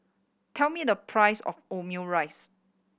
tell me the price of Omurice